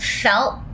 felt